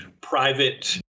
private